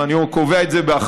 ואני קובע את זה באחריות,